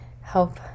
help